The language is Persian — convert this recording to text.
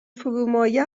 فرومایه